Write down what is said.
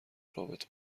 رابطه